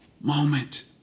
moment